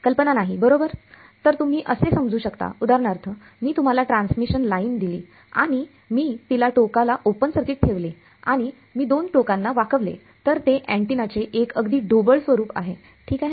कल्पना नाही बरोबर तर तुम्ही असे समजू शकता उदाहरणार्थ मी तुम्हाला ट्रान्समिशन लाइन दिली आणि मी तिला टोकाला ओपन सर्किट ठेवले आणि मी दोन टोकांना वाकवले तर ते अँटिना चे एक अगदी ढोबळ स्वरूप आहे ठीक आहे